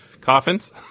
coffins